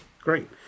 Great